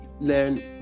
learn